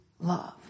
love